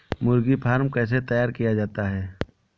मुर्गी फार्म कैसे तैयार किया जाता है?